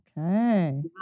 Okay